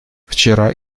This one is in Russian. вчера